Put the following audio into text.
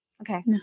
Okay